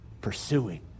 pursuing